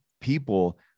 People